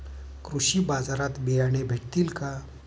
कृषी बाजारात बियाणे भेटतील का?